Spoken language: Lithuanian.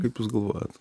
kaip jūs galvojat